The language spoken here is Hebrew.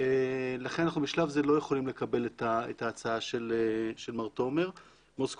לכן אנחנו בשלב זה לא יכולים לקבל את ההצעה של מר תומר מוסקוביץ.